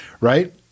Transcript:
right